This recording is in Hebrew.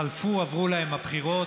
חלפו עברו להם הבחירות,